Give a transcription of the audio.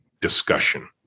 discussion